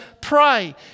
pray